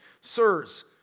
Sirs